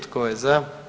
Tko je za?